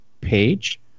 page